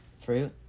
fruit